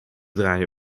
draaien